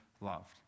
loved